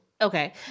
Okay